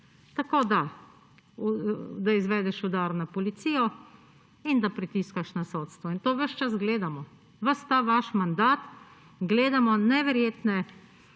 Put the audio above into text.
Tako, da izvedeš udar na policijo in da pritiskaš na sodstvo. In to ves čas gledamo. Ves ta vaš mandat gledamo neverjetne